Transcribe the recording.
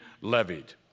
levied